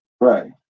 right